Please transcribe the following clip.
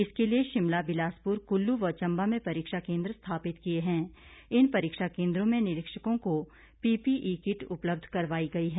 इसके लिए शिमला बिलासपुर कुल्लू व चंबा में परीक्षा केन्द्र स्थापित किए हैं इन परीक्षा केन्द्रों में निरीक्षकों को पी पीईकिट उपलब्ध करवाई गई है